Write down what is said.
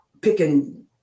picking